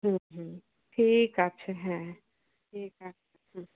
হুম হুম ঠিক আছে হ্যাঁ ঠিক আছে হুম